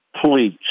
please